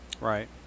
Right